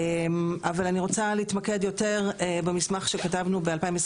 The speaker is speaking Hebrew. אבל, אני רוצה להתמקד יותר במסמך שכתבנו ב-2021,